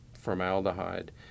formaldehyde